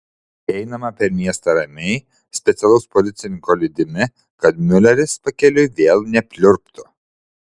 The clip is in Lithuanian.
einame per miestą ramiai specialaus policininko lydimi kad miuleris pakeliui vėl nepliurptų